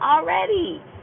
already